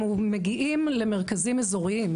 הם מגיעים למרכזים אזוריים,